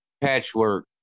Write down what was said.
patchwork